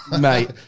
Mate